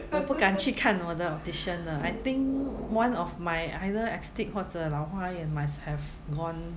我不敢去看我的 optician 了 I think one of my either astig 或者老花眼 must have gone